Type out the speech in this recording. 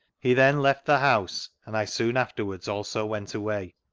he then left the house, and i soon afterwards also went away.